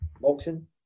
boxing